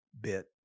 bit